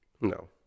No